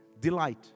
Delight